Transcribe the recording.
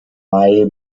mai